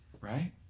Right